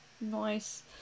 Nice